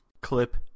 Clip